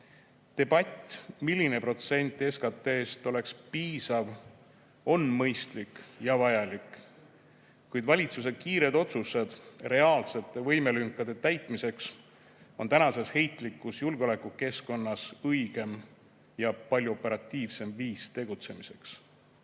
Debatt, milline protsent SKT‑st oleks piisav, on mõistlik ja vajalik. Kuid valitsuse kiired otsused reaalsete võimelünkade täitmiseks on tänases heitlikus julgeolekukeskkonnas õigem ja palju operatiivsem viis tegutsemiseks.